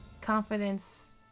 confidence